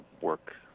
work